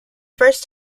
first